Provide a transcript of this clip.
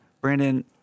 Brandon